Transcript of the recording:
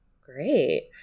Great